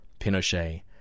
Pinochet